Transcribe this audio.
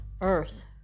earth